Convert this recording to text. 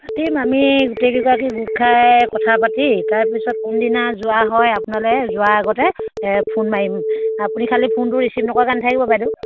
পাতিম আমি গোটেইকেইগৰাকী গোট খাই কথা পাতি তাৰপিছত কোনদিনা যোৱা হয় আপোনালৈ যোৱাৰ আগতে ফোন মাৰিম আপুনি খালি ফোনটো ৰিচিভ নকৰাকৈ নেথাকিব বাইদেউ